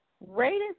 rated